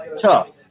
Tough